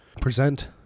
present